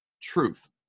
truth